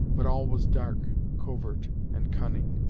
but all was dark, covert and cunning,